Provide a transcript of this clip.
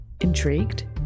Intrigued